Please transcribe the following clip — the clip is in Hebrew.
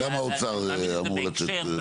גם האוצר אמור לתת התייחסות.